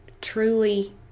truly